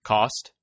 Cost